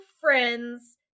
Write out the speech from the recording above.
friends